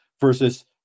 versus